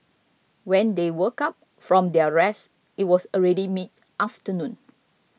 when they woke up from their rest it was already mid afternoon